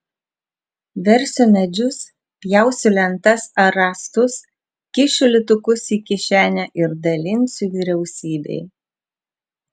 versiu medžius pjausiu lentas ar rąstus kišiu litukus į kišenę ir dalinsiu vyriausybei